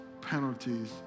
penalties